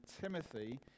Timothy